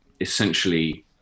essentially